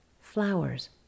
flowers